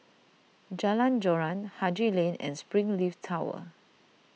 Jalan Joran Haji Lane and Springleaf Tower